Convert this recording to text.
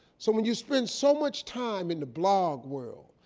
so when you spend so much time in the blog world,